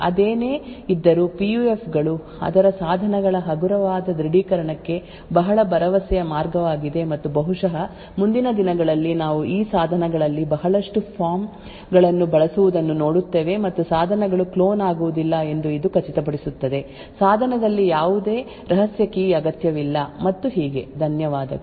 ಅದೇನೇ ಇದ್ದರೂ ಪಿಯುಎಫ್ ಗಳು ಅದರ ಸಾಧನಗಳ ಹಗುರವಾದ ದೃಢೀಕರಣಕ್ಕೆ ಬಹಳ ಭರವಸೆಯ ಮಾರ್ಗವಾಗಿದೆ ಮತ್ತು ಬಹುಶಃ ಮುಂದಿನ ದಿನಗಳಲ್ಲಿ ನಾವು ಈ ಸಾಧನಗಳಲ್ಲಿ ಬಹಳಷ್ಟು ಫಾರ್ಮ್ ಗಳನ್ನು ಬಳಸುವುದನ್ನು ನೋಡುತ್ತೇವೆ ಮತ್ತು ಸಾಧನಗಳು ಕ್ಲೋನ್ ಆಗುವುದಿಲ್ಲ ಎಂದು ಇದು ಖಚಿತಪಡಿಸುತ್ತದೆ ಸಾಧನದಲ್ಲಿ ಯಾವುದೇ ರಹಸ್ಯ ಕೀ ಅಗತ್ಯವಿಲ್ಲ ಮತ್ತು ಹೀಗೆ ಧನ್ಯವಾದಗಳು